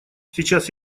сейчас